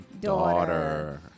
daughter